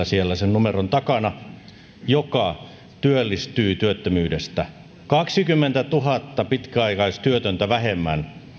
siellä sen numeron takana jokaisella ihmisellä joka työllistyy työttömyydestä kaksikymmentätuhatta pitkäaikaistyötöntä vähemmän